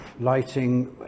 lighting